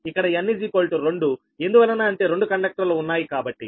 ఇక్కడ n2ఎందువలన అంటే రెండు కండక్టర్లు ఉన్నాయి కాబట్టి